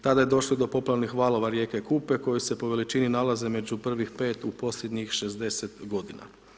Tada je došlo do poplavnih valova rijeke Kupe koje se po veličini nalaze među prvih 5 u posljednjih 60 godina.